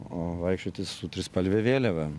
o vaikščioti su trispalve vėliava